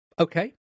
okay